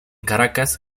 caracas